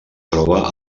troba